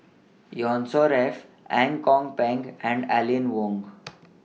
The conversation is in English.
Yusnor Ef Ang Kok Peng and Aline Wong